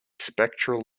spectral